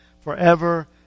forever